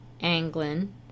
Anglin